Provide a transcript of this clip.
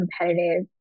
competitive